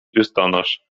biustonosz